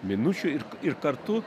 minučių ir ir kartu